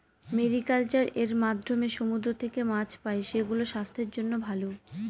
mariculture এর মাধ্যমে সমুদ্র থেকে মাছ পাই, সেগুলো স্বাস্থ্যের জন্য ভালো